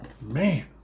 Man